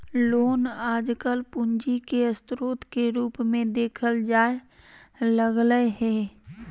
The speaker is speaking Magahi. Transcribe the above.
लोन आजकल पूंजी के स्रोत के रूप मे देखल जाय लगलय हें